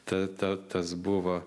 ta ta tas buvo